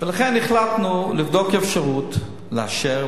לכן החלטנו לבדוק אפשרות לאשר,